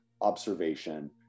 observation